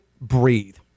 breathe